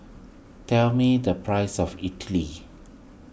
tell me the price of Idili